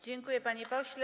Dziękuję, panie pośle.